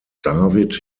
david